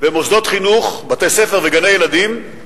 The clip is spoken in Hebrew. במוסדות חינוך, בתי-ספר וגני-ילדים,